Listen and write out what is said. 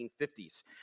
1950s